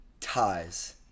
ties